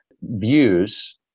views